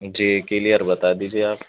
جی clear بتا دیجیے آپ